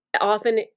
often